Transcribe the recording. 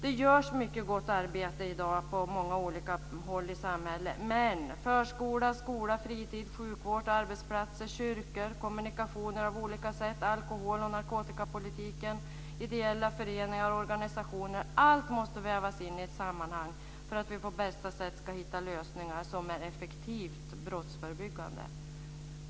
Det görs mycket gott arbete i dag på många olika håll i samhället, men förskola, skola, fritidshem, sjukvård, arbetsplatser, kyrkor, kommunikationer av olika slag, alkohol och narkotikapolitik, ideella föreningar och organisationer måste vävas in i ett sammanhang för att vi på bästa sätt ska hitta lösningar som är effektivt brottsförebyggande.